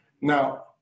Now